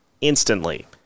instantly